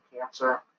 cancer